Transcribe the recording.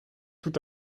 tout